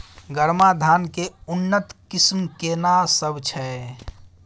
गरमा धान के उन्नत किस्म केना सब छै?